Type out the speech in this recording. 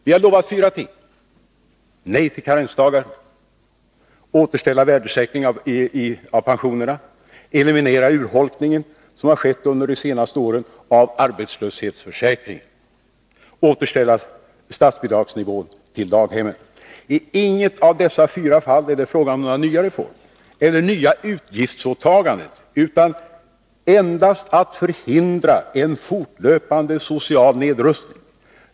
Vi har lovat fyra ting: att säga nej till karensdagar, att återställa värdesäkringen av pensionerna, att eliminera den urholkning av arbetslöshetsförsäkringen som har skett under de senaste åren och att återställa statsbidragsnivån för daghemmen. I inget av dessa fyra fall är det fråga om några nya reformer eller nya utgiftsåtaganden, utan endast om att förhindra en fortlöpande social nedrustning.